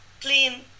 clean